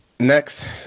Next